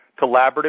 collaborative